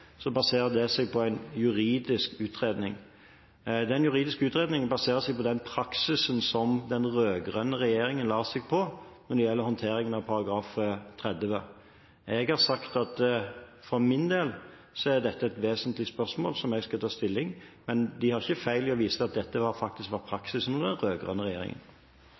juridisk utredning. Den juridiske utredningen baserer seg på den praksisen som den rød-grønne regjeringen la seg på når det gjelder håndteringen av § 30. Jeg har sagt at for min del er dette et vesentlig spørsmål som jeg skal ta stilling til, men det er ikke feil å vise til at dette faktisk har vært praksisen under den rød-grønne regjeringen.